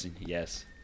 yes